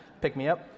pick-me-up